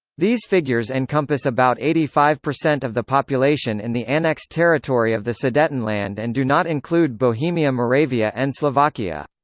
these figures encompass about eighty five percent of the population in the annexed territory of the sudetenland and do not include bohemia-moravia and slovakia.